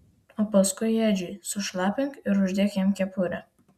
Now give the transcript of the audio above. o paskui edžiui sušlapink ir uždėk jam kepurę